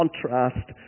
contrast